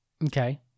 Okay